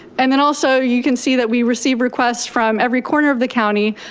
and then also, you can see that we receive requests from every corner of the county,